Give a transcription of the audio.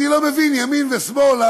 אני לא מבין ימין ושמאל,